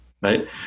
right